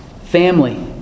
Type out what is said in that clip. Family